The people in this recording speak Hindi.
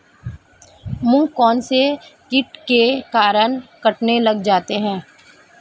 मूंग कौनसे कीट के कारण कटने लग जाते हैं?